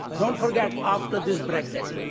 don't forget, after this brexit.